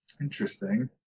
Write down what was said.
Interesting